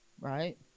right